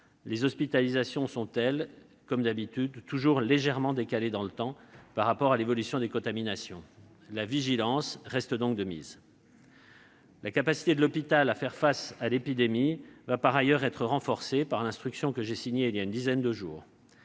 les hospitalisations sont, elles, légèrement décalées dans le temps par rapport à l'évolution des contaminations. La vigilance reste donc de mise. La capacité de l'hôpital à faire face à l'épidémie sera par ailleurs renforcée par l'instruction que j'ai signée voilà une dizaine de jours.